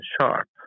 sharp